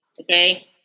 Okay